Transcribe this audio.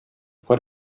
put